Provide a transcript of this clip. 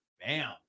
Bam